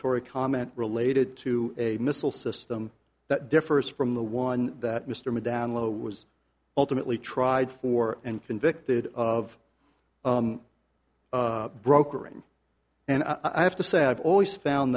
exculpatory comment related to a missile system that differs from the one that mr me down low was ultimately tried for and convicted of brokering and i have to say i've always found